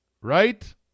right